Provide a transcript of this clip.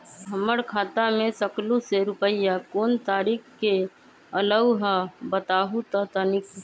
हमर खाता में सकलू से रूपया कोन तारीक के अलऊह बताहु त तनिक?